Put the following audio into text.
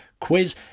quiz